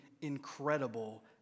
incredible